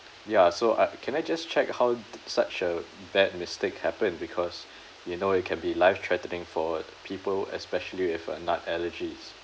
ya so uh can I just check how such a bad mistake happened because you know it can be life threatening for people especially with a nut allergies